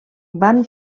van